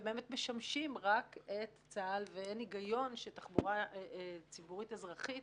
הם באמת משמשים רק את צה"ל ואין הגיון שתחבורה ציבורית אזרחית